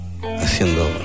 Haciendo